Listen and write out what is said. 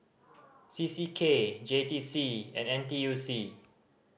C C K J T C and N T U C